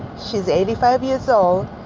she's eighty five years old.